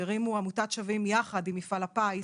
שהרימו "עמותת שווים יחד" יחד עם מפעל הפיס,